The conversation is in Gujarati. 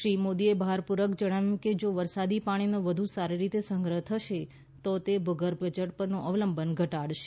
શ્રી મોદીએ ભારપૂર્વક જણાવ્યું કે જો વરસાદી પાણીનો વધુ સારી રીતે સંગ્રહ થશે તો તે ભૂગર્ભજળ પરનું અવલંબન ઘટાડશે